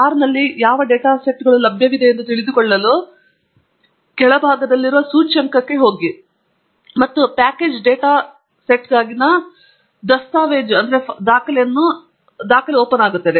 R ನಲ್ಲಿ ಯಾವ data ಸೆಟ್ಗಳು ಲಭ್ಯವಿದೆಯೆಂದು ತಿಳಿದುಕೊಳ್ಳಲು ಇಲ್ಲಿ ಕೆಳಭಾಗದಲ್ಲಿರುವ ಸೂಚ್ಯಂಕಕ್ಕೆ ಹೋಗಿ ಮತ್ತು ಪ್ಯಾಕೇಜ್ ಡೇಟಾ ಸೆಟ್ಗಾಗಿನ ದಸ್ತಾವೇಜನ್ನು ತೆರೆದುಕೊಳ್ಳುತ್ತದೆ